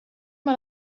mei